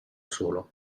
solo